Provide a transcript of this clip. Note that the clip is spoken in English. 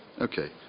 Okay